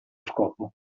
scopo